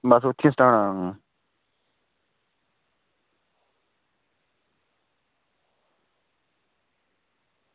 बस उत्थें सटाना